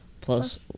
plus